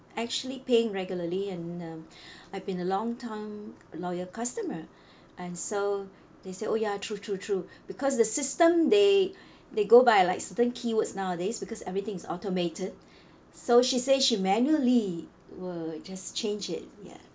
actually paying regularly and um I've been a long time loyal customer and so they said oh ya true true true because the system they they go by like certain keywords nowadays because everything is automated so she say she manually will just change it ya